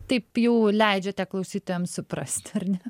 taip jau leidžiate klausytojam suprast ar ne